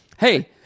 hey